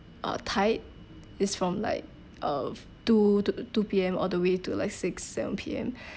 uh tight is from like uh two two P_M all the way to like six seven P_M